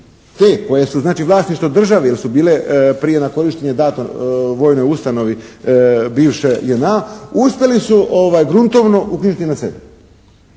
te koje su znači vlasništvo države jer su bile prije na korištenje dato vojnoj ustanovi bivše JNA, uspjeli su gruntovno uknjižiti na sebe.